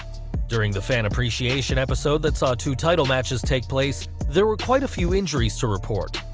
during the fan appreciation episode that saw two title matches take place, there were quite a few injuries to report,